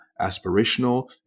aspirational